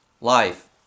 life